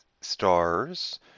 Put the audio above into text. stars